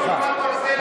סליחה,